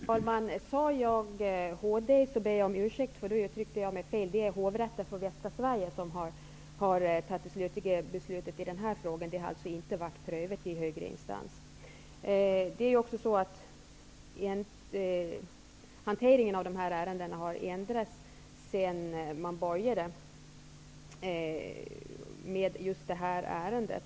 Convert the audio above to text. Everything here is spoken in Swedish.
Herr talman! Om jag sade HD ber jag om ursäkt. Jag uttryckte mig fel. Det är Hovrätten för Västra Sverige som har fattat det slutliga beslutet i denna fråga. Den är alltså inte prövad i högre instans. Hanteringen av dessa ärenden har ändrats sedan man började med detta ärende.